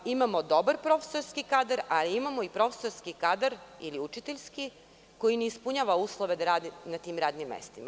Imamo dobar profesorski kadar, a imamo profesorski kadar, ili učiteljski, koji ne ispunjava uslove da radi na tim radnim mestima.